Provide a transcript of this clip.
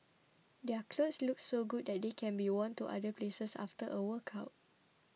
their clothes look so good that they can be worn to other places after a workout